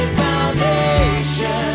foundation